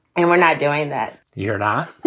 and we're not doing that. you're not?